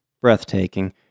breathtaking